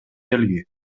белги